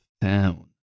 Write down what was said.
town